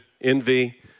envy